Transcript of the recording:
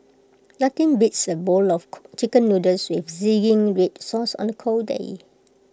nothing beats A bowl of Chicken Noodles with Zingy Red Sauce on A cold day